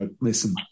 listen